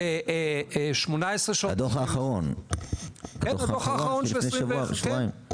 הדוח האחרון מלפני שבועיים.